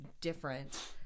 different